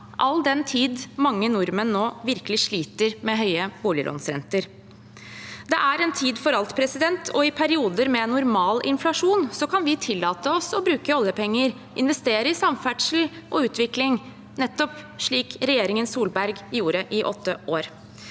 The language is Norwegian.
all den tid mange nordmenn nå virkelig sliter med høye boliglånsrenter. Det er en tid for alt, og i perioder med normal inflasjon kan vi tillate oss å bruke oljepenger og investere i samferdsel og utvikling, nettopp slik regjeringen Solberg gjorde i åtte år.